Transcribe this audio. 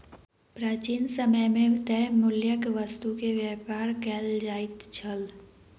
प्राचीन समय मे तय मूल्यक वस्तु के व्यापार कयल जाइत छल